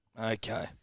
Okay